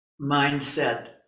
mindset